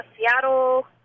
Seattle